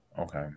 Okay